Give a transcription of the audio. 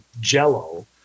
jello